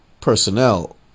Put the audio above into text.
Personnel